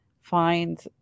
find